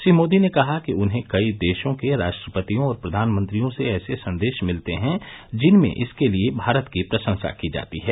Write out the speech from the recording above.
श्री मोदी ने कहा कि उन्हें कई देशों के राष्ट्रपतियों और प्रधानमंत्रियों से ऐसे संदेश मिलते हैं जिनमें इसके लिए भारत की प्रशंसा की जाती है